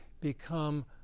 become